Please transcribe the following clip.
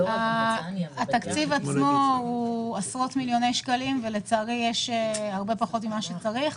התקצוב עצמו הוא עשרות מיליוני שקלים ולצערי יש הרבה פחות ממה שצריך.